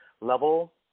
level